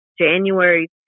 January